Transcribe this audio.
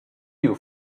you